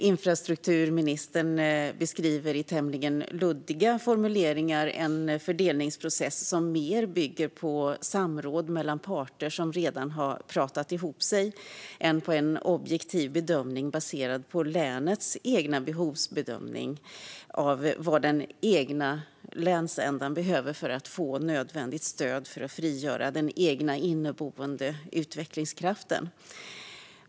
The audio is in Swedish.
Infrastrukturministern beskriver i tämligen luddiga formuleringar en fördelningsprocess som mer bygger på samråd mellan parter som redan har pratat ihop sig än på en objektiv bedömning baserad på länets egen behovsbeskrivning av vad man behöver för stöd för att frigöra den egna inneboende utvecklingskraften.